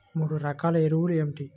మూడు రకాల ఎరువులు ఏమిటి?